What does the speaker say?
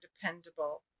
dependable